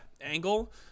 angle